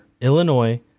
Illinois